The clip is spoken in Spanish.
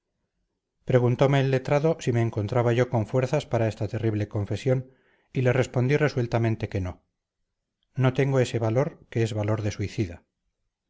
preguntome el letrado si me encontraba yo con fuerzas para esta terrible confesión y le respondí resueltamente que no no tengo ese valor que es valor de suicida